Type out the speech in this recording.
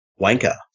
wanker